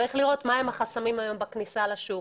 צריך לראות מה הם החסמים בכניסה לשוק,